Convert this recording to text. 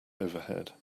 overhead